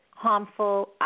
harmful